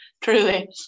truly